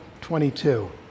22